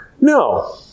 No